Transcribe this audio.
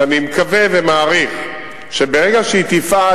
שאני מקווה ומעריך שברגע שהיא תפעל,